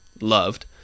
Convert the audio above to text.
loved